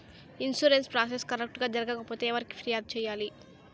insurance process correct గా జరగకపోతే ఎవరికి ఫిర్యాదు సేయాలి